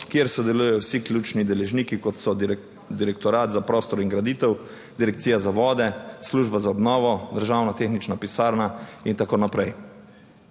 kjer sodelujejo vsi ključni deležniki, kot so Direktorat za prostor in graditev, Direkcija za vode, Služba za obnovo, državna tehnična pisarna in tako naprej.